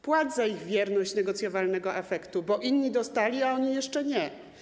Płać za ich wierność negocjowalnego afektu, bo inni dostali, a oni - jeszcze nie.